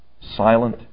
silent